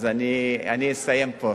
אז אני אסיים פה.